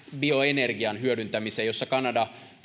bioenergian hyödyntämiseen jossa kanada